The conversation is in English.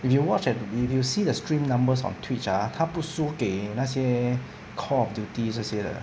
if you watch and if you see the stream numbers on twitch ah 他不输给那些 call of duty 这些的